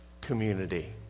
community